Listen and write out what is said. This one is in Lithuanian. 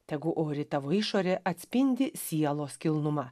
tegu ori tavo išorė atspindi sielos kilnumą